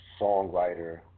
songwriter